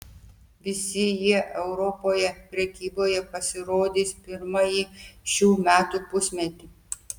visi jie europoje prekyboje pasirodys pirmąjį šių metų pusmetį